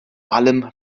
allem